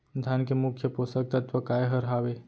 धान के मुख्य पोसक तत्व काय हर हावे?